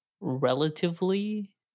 relatively